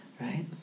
right